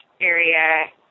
area